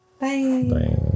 bye